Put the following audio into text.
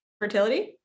fertility